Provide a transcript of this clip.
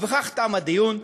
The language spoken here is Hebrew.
ובכך תם הדיון.